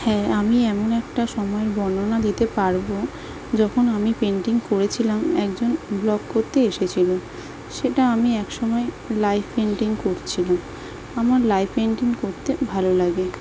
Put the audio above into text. হ্যাঁ আমি এমন একটা সময়ের বর্ণনা দিতে পারব যখন আমি পেন্টিং করেছিলাম একজন ব্লগ করতে এসেছিল সেটা আমি এক সময় লাইভ পেন্টিং করছিলাম আমার লাইভ পেন্টিং করতে ভালো লাগে